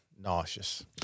nauseous